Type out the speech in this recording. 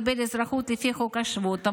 קיבל אזרחות לפי חוק השבות,